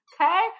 okay